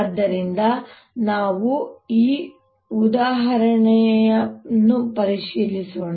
ಆದ್ದರಿಂದ ನಾವು ಆ ಉದಾಹರಣೆಯನ್ನು ಪರಿಹರಿಸೋಣ